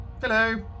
hello